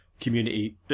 community